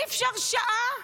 אי-אפשר שעה?